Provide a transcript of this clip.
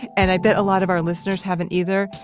and i bet a lot of our listeners haven't either,